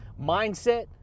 mindset